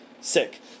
sick